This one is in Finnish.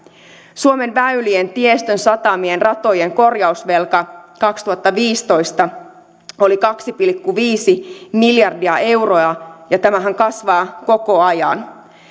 suomen väylien tiestön satamien ratojen korjausvelka kaksituhattaviisitoista oli kaksi pilkku viisi miljardia euroa ja tämähän kasvaa koko ajan